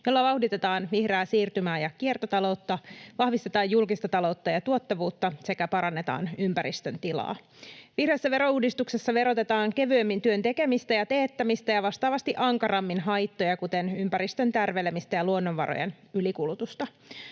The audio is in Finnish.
jolla vauhditetaan vihreää siirtymää ja kiertotaloutta, vahvistetaan julkista taloutta ja tuottavuutta sekä parannetaan ympäristön tilaa. Vihreässä verouudistuksessa verotetaan kevyemmin työn tekemistä ja teettämistä ja vastaavasti ankarammin haittoja, kuten ympäristön tärvelemistä ja luonnonvarojen ylikulutusta.